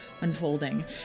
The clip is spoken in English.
unfolding